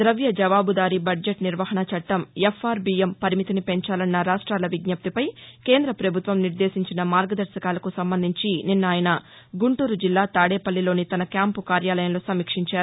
ద్రవ్య జవాబుదారీ బద్దెట్ నిర్వహణ చట్టం ఎఫ్ఆర్బీఎం పరిమితిని పెంచాలన్న రాష్ట్రాల విజ్జప్తిపై కేంద్ర పభుత్వం నిర్దేశించిన మార్గదర్శకాలకు సంబంధించి నిన్న ఆయన గుంటూరు జిల్లా తాదేపల్లిలోని తన క్యాంపు కార్యాలయంలో సమీక్షించారు